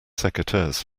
secateurs